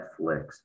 Netflix